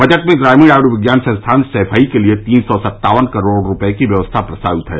budget में ग्रामीण आयुर्विज्ञान संस्थान सैफई के लिये तीन सौ सत्तावन करोड़ रूपये की व्यवस्था प्रस्तावित है